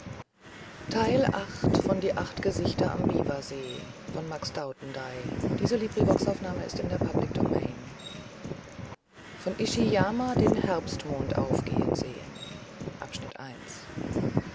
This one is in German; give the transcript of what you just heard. von ishiyama den herbstmond aufgehen sehen